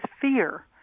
fear